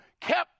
kept